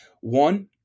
One